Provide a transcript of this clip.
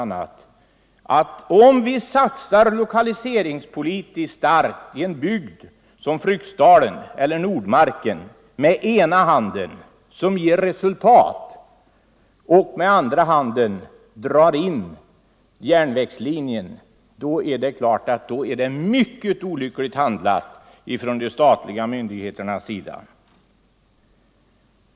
Om den ena handen gör en stark lokaliseringspolitisk satsning i en bygd som Fryksdalen eller Nordmarken, och det ger resultat, men den andra handen drar in järnvägslinjen, då är det naturligtvis mycket olyckligt handlat från de statliga myndigheternas sida.